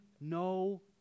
no